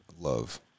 love